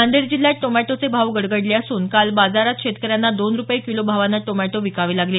नांदेड जिल्ह्यात टोमॅटोचे भाव गडगडले असून काल बाजारात शेतकऱ्यांना दोन रूपये किलो भावाने टोमॅटो विकावे लागले